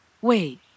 Wait